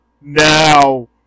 Now